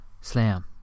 Slam